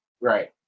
Right